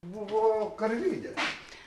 buvo karvidė